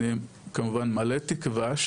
כמובן מלא תקווה,